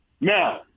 now